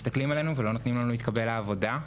מסתכלים עלינו ולא נותנים לנו להתקבל לעבודה.